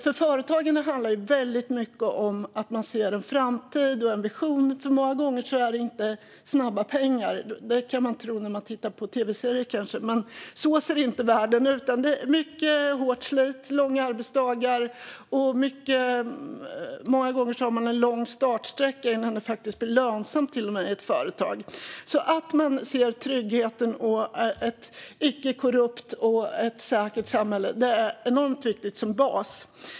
För företag handlar det väldigt mycket om att ha en vision och se en framtid. Sällan handlar det om snabba pengar, vilket man kan tro när man tittar på tv-serier. Men så ser verkligheten inte ut, utan det är hårt slit och långa arbetsdagar. Många gånger är startsträckan lång innan företaget blir lönsamt. Ett i grunden tryggt, okorrumperat och säkert samhälle därför viktigt.